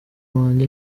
wajye